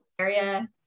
area